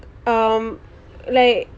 um like